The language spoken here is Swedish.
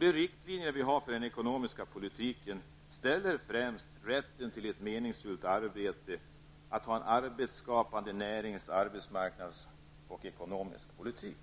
De riktlinjer vi har för den ekonomiska politiken framhåller främst rätten till ett meningsfullt arbete och en arbetsskapande närings och arbetsmarknadspolitik och ekonomisk politik.